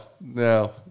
no